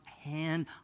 hand